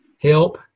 help